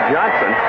Johnson